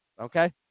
okay